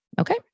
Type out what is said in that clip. Okay